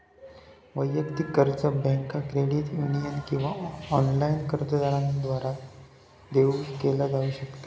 वैयक्तिक कर्ज बँका, क्रेडिट युनियन किंवा ऑनलाइन कर्जदारांद्वारा देऊ केला जाऊ शकता